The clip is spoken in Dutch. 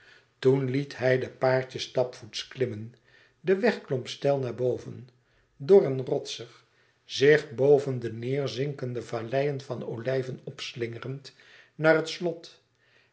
toen liet hij de paardjes stapvoets klimmen de weg klom steil naar boven dor en rotsig zich boven de neêrzinkende valleien van olijven opslingerend naar het slot